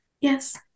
Yes